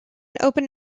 open